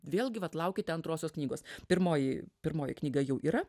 vėlgi vat laukite antrosios knygos pirmoji pirmoji knyga jau yra